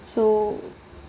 so